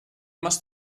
must